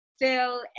phil